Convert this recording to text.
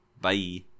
bye